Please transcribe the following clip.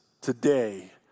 today